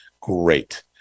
Great